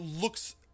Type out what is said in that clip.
looks